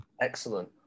Excellent